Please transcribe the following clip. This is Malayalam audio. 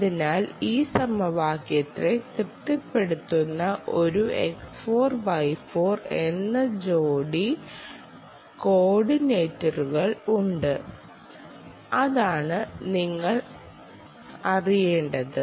അതിനാൽ ഈ സമവാക്യത്തെ തൃപ്തിപ്പെടുത്തുന്ന ഒരു X4 Y4 എന്ന ജോഡി കോർഡിനേറ്റുകൾ ഉണ്ട് അതാണ് നിങ്ങൾ അറിയേണ്ടത്